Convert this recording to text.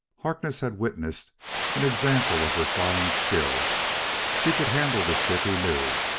harkness had witnessed an example of her flying skill she could handle the ship, he knew.